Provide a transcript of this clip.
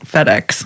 FedEx